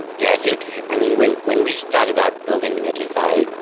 yeah, i think i mean, when when we started out building netlify,